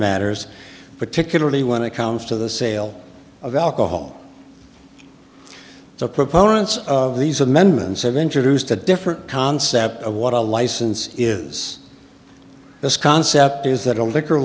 matters particularly when it comes to the sale of alcohol so proponents of these amendments have introduced a different concept of what a license is this concept is that a liquor